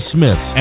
Smith